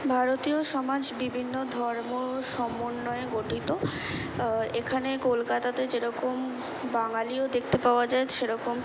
ভারতীয় সমাজ বিভিন্ন ধর্ম সমন্বয়ে গঠিত এখানে কলকাতাতে যেরকম বাঙালিও দেখতে পাওয়া যায় সেরকম